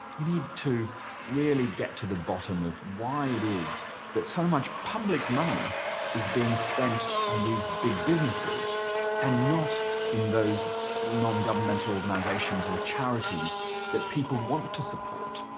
we need to really get to the bottom of why it is that so much public money is being spent on these big businesses and not in those non-governmental organizations or charities that people want to support.